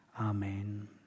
Amen